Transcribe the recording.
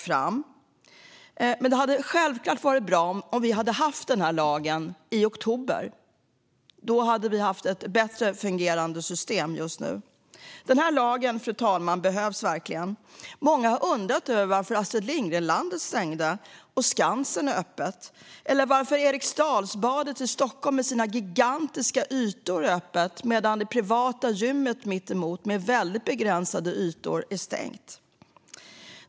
Givetvis hade det varit bra om vi hade haft lagen i oktober, för då hade vi haft ett bättre fungerande system nu. Denna lag behövs verkligen. Många har undrat varför Astrid Lindgrens Värld stängde medan Skansen var öppet, eller varför Eriksdalsbadet i Stockholm med sina gigantiska ytor är stängt medan det privata gymmet mittemot med väldigt begränsande ytor är öppet.